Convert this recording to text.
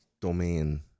domain